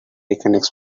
express